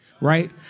Right